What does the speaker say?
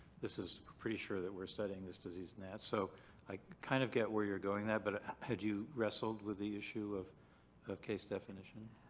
this is pretty sure that we're studying this disease and that. so i kind of get where you're going there, but had you wrestled with the issue of case definition?